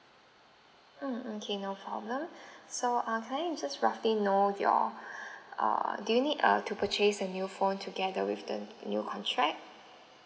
mm okay no problem so ah can I just roughly know your uh do you need uh to purchase a new phone together with the new contract